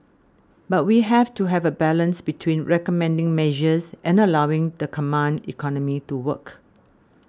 but we have to have a balance between recommending measures and allowing the command economy to work